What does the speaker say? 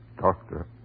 Doctor